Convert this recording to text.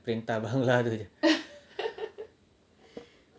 perintah bangla tu jer